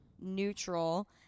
neutral